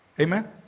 Amen